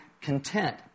content